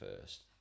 first